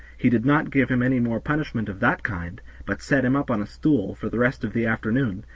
he did not give him any more punishment of that kind, but set him up on a stool for the rest of the afternoon,